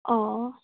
অঁ